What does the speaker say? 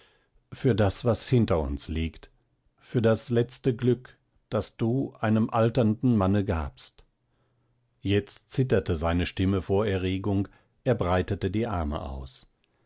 für das was hinter uns liegt für das letzte glück das du einem alternden manne gabst jetzt zitterte seine stimme vor erregung er breitete die arme aus